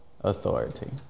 authority